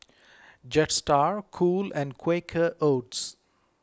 Jetstar Cool and Quaker Oats